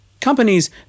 Companies